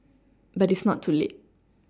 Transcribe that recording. but it's not too late